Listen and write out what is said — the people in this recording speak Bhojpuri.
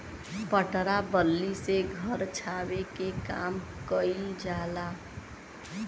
पटरा बल्ली से घर छावे के काम कइल जाला